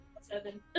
Seven